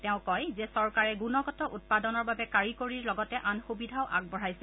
তেওঁ কয় যে চৰকাৰে গুণগত উৎপাদনৰ বাবে কাৰিকৰীৰ লগতে আন সুবিধাও আগবঢ়াইছে